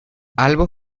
albo